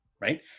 right